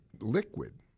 liquid